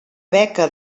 beca